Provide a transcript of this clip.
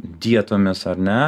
dietomis ar ne